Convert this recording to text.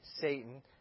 Satan